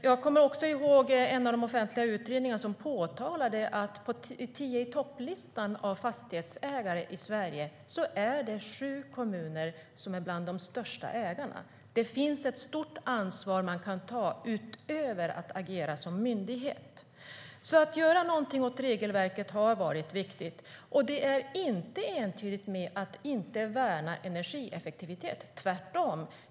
Jag kommer ihåg att en av de offentliga utredningarna påtalade att på tio-i-topp-listan över fastighetsägare i Sverige är sju kommuner bland de största ägarna. Det finns ett stort ansvar man kan ta utöver att agera som myndighet. Att göra någonting åt regelverket har varit viktigt. Det är inte entydigt med att inte värna energieffektivitet, tvärtom.